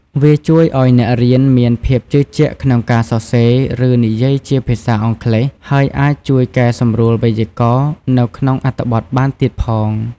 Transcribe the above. វាជួយអោយអ្នករៀនមានភាពជឿជាក់ក្នុងការសរសេរ ឬនិយាយជាភាសាអង់គ្លេស ហើយអាចជួយកែសម្រួលវេយ្យាករណ៍នៅក្នុងអត្ថបទបានទៀតផង។